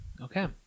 Okay